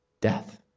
death